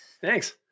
Thanks